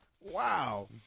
Wow